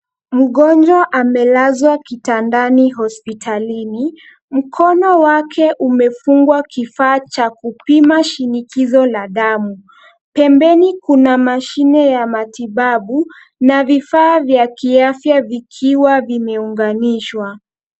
Mgonjwa amelazwa kitandani hospitalini . Mkono wake umefungwa kifaa cha kupima shinikizo la damu. Pembeni kuna mashine ya matibabu na vifaa vya kiafya vikiwa vimeunganishwa.